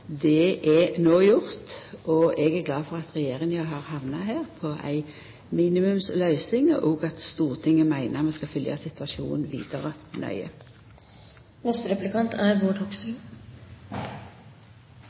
Det er no gjort, og eg er glad for at regjeringa har hamna på ei minimumsløysing, og at Stortinget meiner vi skal følgja situasjonen vidare nøye. Det er